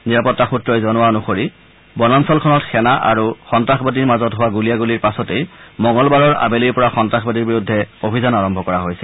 নিৰাপত্তা সুত্ৰসই জনোৱা অনুসৰি বনাঞ্চলখনত সেনা আৰু সন্তাসবাদীৰ মাজত হোৱা গুলীয়াগুলীৰ পাছতেই মঙলবাৰৰ আবেলিৰ পৰা সন্ত্ৰাসবাদীৰ বিৰুদ্ধে অভিযান আৰম্ভ কৰা হৈছিল